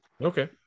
Okay